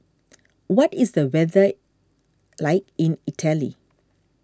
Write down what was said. what is the weather like in Italy